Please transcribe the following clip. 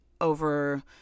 over